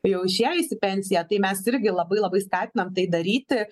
jau išėjus į pensiją tai mes irgi labai labai skatinam tai daryti